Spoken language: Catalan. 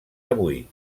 avui